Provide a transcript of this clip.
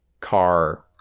car